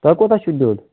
تۄہہِ کوٗتاہ چھُ نِیُن